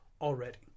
already